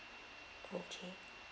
okay